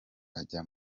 ajya